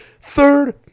third